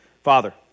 Father